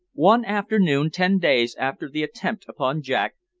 one afternoon, ten days after the attempt upon jack,